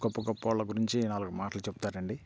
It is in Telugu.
గొప్ప గొప్ప వాళ్ళ గురించి నాలుగు మాటలు చెప్తారండి